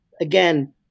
again